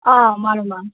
ꯑꯥ ꯃꯥꯟꯅꯤ ꯃꯥꯟꯅꯤ